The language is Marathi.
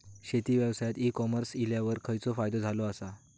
शेती व्यवसायात ई कॉमर्स इल्यावर खयचो फायदो झालो आसा?